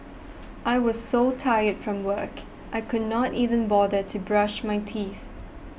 I was so tired from work I could not even bother to brush my teeth